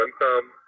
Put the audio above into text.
Welcome